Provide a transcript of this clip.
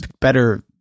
better